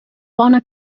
bona